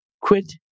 quit